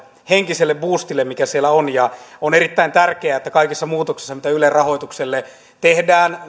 henkiselle buustille mikä siellä on on erittäin tärkeää että kaikissa muutoksissa mitä ylen rahoitukselle tehdään